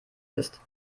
ist